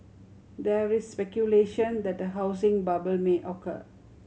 there is speculation that a housing bubble may occur